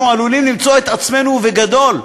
אנחנו עלולים למצוא את עצמנו, ובגדול,